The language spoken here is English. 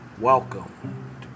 Welcome